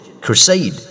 crusade